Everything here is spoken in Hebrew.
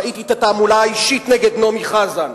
ראיתי את התעמולה האישית נגד נעמי חזן,